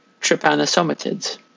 trypanosomatids